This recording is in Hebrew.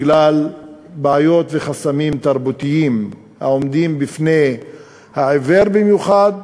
בגלל בעיות וחסמים תרבותיים העומדים בפני העיוור במיוחד,